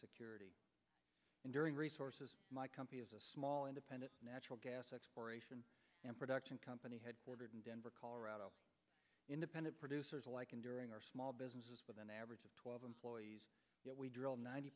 security and during resources my company is a small independent natural gas exploration and production company headquartered in denver colorado independent producers like in during our small businesses with an average of twelve employees